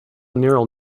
neural